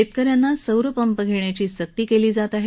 शेतकऱ्यांना सौर पंप घेण्याची सक्ती केली जात आहे